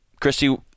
christy